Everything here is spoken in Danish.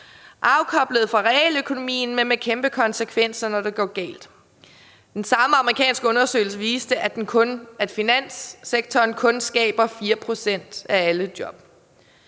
Afkoblet fra realøkonomien, men med kæmpe konsekvenser, når det går galt. Den samme amerikanske undersøgelse viste, at finanssektoren kun skaber 4 pct. af alle job.